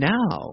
now